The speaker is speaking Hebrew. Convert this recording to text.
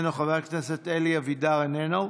איננו,